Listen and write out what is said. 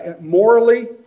morally